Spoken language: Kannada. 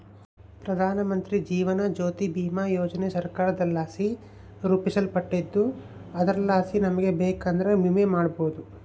ಪ್ರಧಾನಮಂತ್ರಿ ಜೀವನ ಜ್ಯೋತಿ ಭೀಮಾ ಯೋಜನೆ ಸರ್ಕಾರದಲಾಸಿ ರೂಪಿಸಲ್ಪಟ್ಟಿದ್ದು ಅದರಲಾಸಿ ನಮಿಗೆ ಬೇಕಂದ್ರ ವಿಮೆನ ಮಾಡಬೋದು